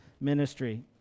ministry